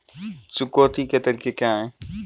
चुकौती के तरीके क्या हैं?